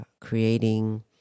creating